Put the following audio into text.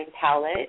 palette